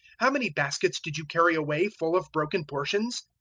how many baskets did you carry away full of broken portions?